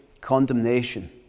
condemnation